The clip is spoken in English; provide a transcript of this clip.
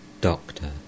Doctor